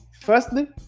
firstly